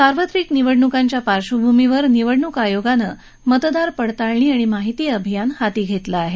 सार्वत्रिक निवडणुकांच्या पार्श्वभूमीवर निवडणूक आयोगानं मतदार पडताळणी आणि माहिती अभियान हाती घेतलं आहे